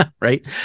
right